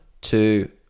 two